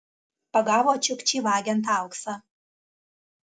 pagavo čiukčį vagiant auksą